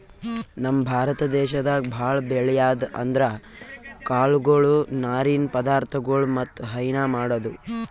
ನಮ್ ಭಾರತ ದೇಶದಾಗ್ ಭಾಳ್ ಬೆಳ್ಯಾದ್ ಅಂದ್ರ ಕಾಳ್ಗೊಳು ನಾರಿನ್ ಪದಾರ್ಥಗೊಳ್ ಮತ್ತ್ ಹೈನಾ ಮಾಡದು